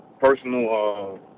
personal